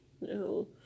No